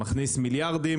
הוא מכניס מיליארדים